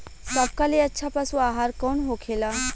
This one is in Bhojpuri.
सबका ले अच्छा पशु आहार कवन होखेला?